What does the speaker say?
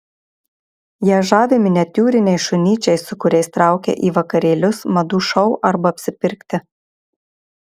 ją žavi miniatiūriniai šunyčiai su kuriais traukia į vakarėlius madų šou arba apsipirkti